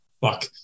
Fuck